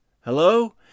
Hello